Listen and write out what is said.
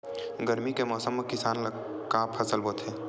गरमी के मौसम मा किसान का फसल बोथे?